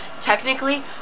technically